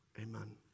amen